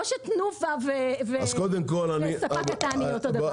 לא שתנובה וספק קטן יסדרו אותו דבר,